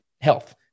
Health